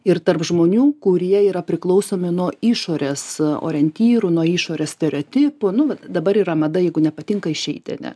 ir tarp žmonių kurie yra priklausomi nuo išorės orientyrų nuo išorės stereotipų nu vat dabar yra mada jeigu nepatinka išeiti ane